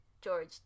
george